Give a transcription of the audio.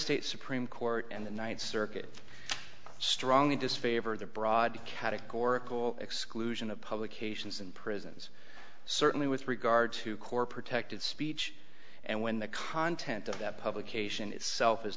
states supreme court and the ninth circuit strongly disfavor the broad categorical exclusion of publications in prisons certainly with regard to core protected speech and when the content of that publication itself is